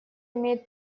имеет